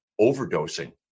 overdosing